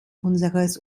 unseres